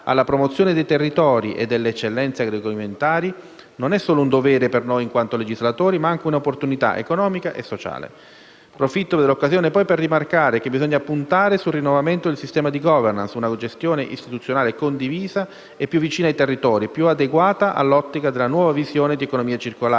alla promozione dei territori e delle eccellenze agroalimentari è non solo un dovere per noi in quanto legislatori, ma anche un'opportunità economica e sociale. Approfitto dell'occasione, poi, per rimarcare che bisogna puntare sul rinnovamento del sistema di *governance*: una gestione istituzionale condivisa e più vicina ai territori, più adeguata all'ottica della nuova visione di economia circolare